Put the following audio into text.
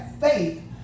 faith